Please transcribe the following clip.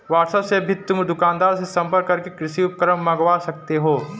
WhatsApp से भी तुम दुकानदार से संपर्क करके कृषि उपकरण मँगवा सकते हो